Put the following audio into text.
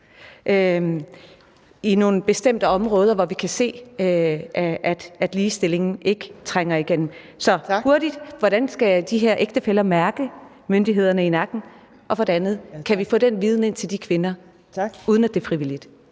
i nogle bestemte områder, hvor vi kan se, at ligestillingen ikke trænger igennem? Så altså, hvordan skal de her ægtefæller mærke myndighederne i nakken? Og kan vi få den viden ud til de kvinder, uden at det er frivilligt?